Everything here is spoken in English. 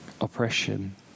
oppression